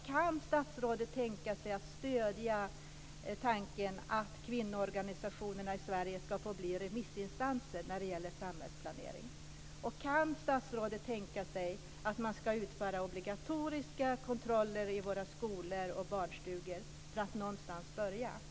Kan statsrådet tänka sig att stödja tanken att kvinnoorganisationerna i Sverige ska få bli remissinstanser när det gäller samhällsplanering? Och kan statsrådet tänka sig att man ska utfärda obligatoriska kontroller i våra skolor och i våra barnstugor för att börja någonstans?